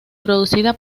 producida